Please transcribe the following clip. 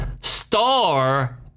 star